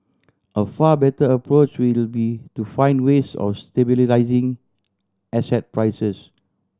a far better approach would be to find ways of stabilising asset prices